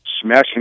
smashing